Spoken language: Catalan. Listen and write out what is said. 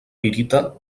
pirita